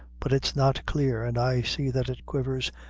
but it's not clear, and i see that it quivers,